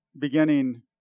beginning